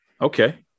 Okay